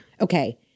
Okay